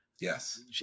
Yes